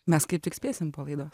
mes kaip tik spėsim po laidos